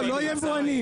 לא יבואנים.